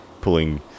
pulling